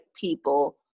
people